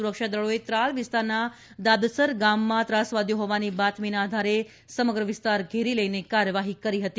સુરક્ષા દળોએ ત્રાલ વિસ્તારના દાદસર ગામમાં ત્રાસવાદીઓ હોવાની બાતમીના આધારે સમગ્ર વિસ્તાર ઘેરી લઇને કાર્યવાહી કરી હતી